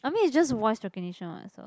I mean it's just voice recognition what so